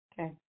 Okay